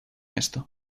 esto